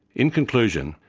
in conclusion,